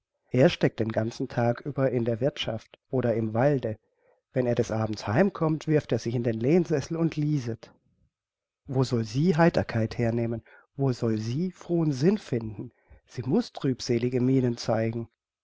er steckt den ganzen tag über in der wirthschaft oder im walde wenn er des abends heimkommt wirft er sich in den lehnsessel und lieset wo soll sie heiterkeit hernehmen wo soll sie frohen sinn finden sie muß trübselige mienen zeigen